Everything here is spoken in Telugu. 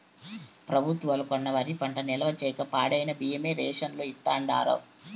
పెబుత్వాలు కొన్న వరి పంట నిల్వ చేయక పాడైన బియ్యమే రేషన్ లో ఇస్తాండారు